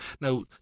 Now